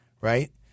Right